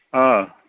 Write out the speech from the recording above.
ꯑꯥ